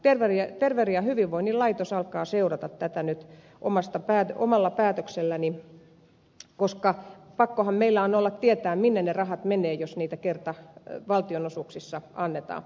terveyden ja hyvinvoinnin laitos alkaa seurata tätä nyt omalla päätökselläni koska pakkohan meillä on olla tietoa minne ne rahat menevät jos niitä kerta valtionosuuksissa annetaan